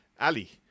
ali